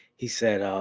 he said, um